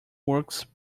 works